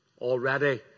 Already